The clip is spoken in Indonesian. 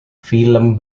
film